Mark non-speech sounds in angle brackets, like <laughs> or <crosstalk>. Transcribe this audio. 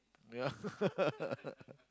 ya <laughs>